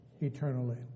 eternally